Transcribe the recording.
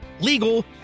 legal